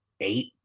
eight